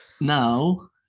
Now